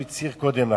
במה שהצהיר קודם לכן.